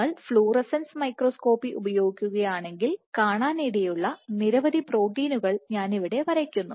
നിങ്ങൾ fluorescence microscopy ഉപയോഗിക്കുകയാണെങ്കിൽ കാണാനിടയുള്ള നിരവധി പ്രോട്ടീനുകൾ ഞാനിവിടെ വരയ്ക്കുന്നു